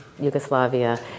Yugoslavia